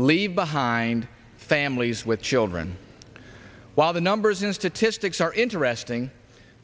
leave behind families with children while the numbers in statistics are interesting